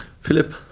Philip